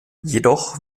jedoch